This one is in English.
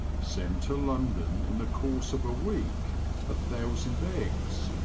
send to london in the course of a week a thousand eggs,